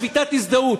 שביתת הזדהות?